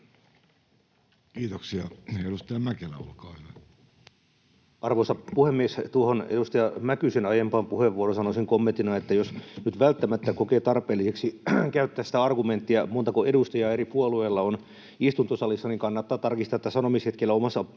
muuttamisesta Time: 17:01 Content: Arvoisa puhemies! Tuohon edustaja Mäkysen aiempaan puheenvuoroon sanoisin kommenttina, että jos nyt välttämättä kokee tarpeelliseksi käyttää sitä argumenttia, montako edustajaa eri puolueilla on istuntosalissa, niin kannattaa tarkistaa, että sanomishetkellä omassa puolueessa